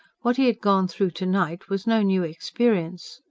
what he had gone through to-night was no new experience.